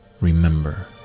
remember